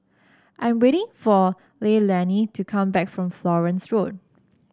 I am waiting for Leilani to come back from Florence Road